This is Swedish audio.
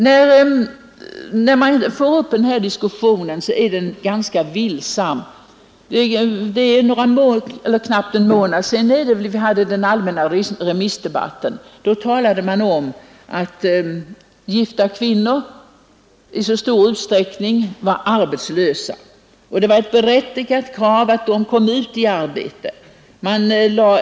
Diskussionen om dessa ting har varit och är ganska villsam. För en dryg månad sedan hade vi här den vanliga höstremissdebatten, och då talades det om att gifta kvinnor var arbetslösa i mycket stor utsträckning samt att det var berättigat att kräva att de skulle få komma ut i arbete.